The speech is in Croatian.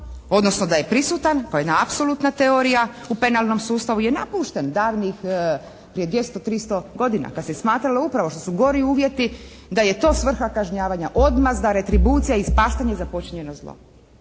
odnosno da je prisutan, to je jedna apsolutna teorija u penalnom sustavu, je napušten davnih prije 200, 300 godina kad se smatralo upravo što su gori uvjeti da je to svrha kažnjavanja. Odmazda, retribucija, ispaštanje za počinjeno zlo.